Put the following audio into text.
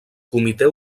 comitè